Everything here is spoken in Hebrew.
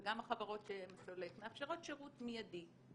וגם החברות שהן סולק מאפשרות שירות מיידי,